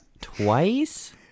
Twice